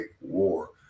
war